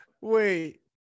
Wait